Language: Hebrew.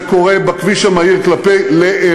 זה קורה בכביש המהיר לאילת,